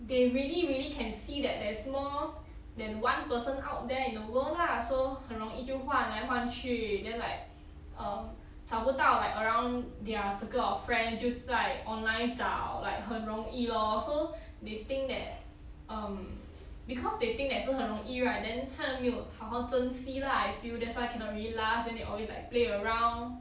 they really really can see that there is more than one person out there in the world lah so 很容易就换来换去 then like um 找不到 like around their circle of friends 就在 online 找 like 很容易 lor so they think that um because they think that 是很容易 right then 他们没有好好珍惜 lah I feel that's why they cannot really last then they always like play around